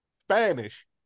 Spanish